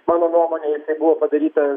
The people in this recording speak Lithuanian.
mano nuomone jisai buvo padaryta